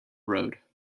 road